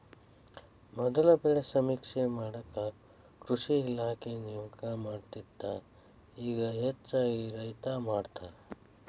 ಮೊದಲ ಬೆಳೆ ಸಮೇಕ್ಷೆ ಮಾಡಾಕ ಕೃಷಿ ಇಲಾಖೆ ನೇಮಕ ಮಾಡತ್ತಿತ್ತ ಇಗಾ ಹೆಚ್ಚಾಗಿ ರೈತ್ರ ಮಾಡತಾರ